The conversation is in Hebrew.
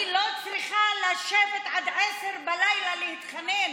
אני לא צריכה לשבת עד 22:00, להתחנן